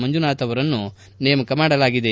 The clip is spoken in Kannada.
ಮಂಜುನಾಥ್ ಅವರನ್ನು ನೇಮಕ ಮಾಡಲಾಗಿದೆ